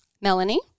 Melanie